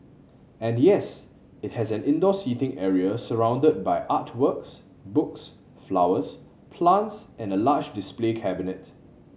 and yes it has an indoor seating area surrounded by art works books flowers plants and a large display cabinet